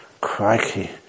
crikey